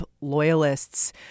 loyalists